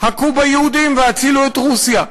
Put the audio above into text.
"הכו ביהודים והצילו את רוסיה".